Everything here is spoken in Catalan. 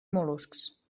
mol·luscs